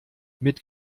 mit